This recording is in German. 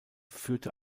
führte